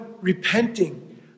repenting